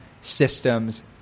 Systems